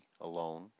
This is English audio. alone